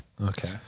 Okay